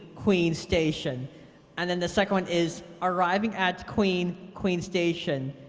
queen station and then the second is arriving at queen queen station,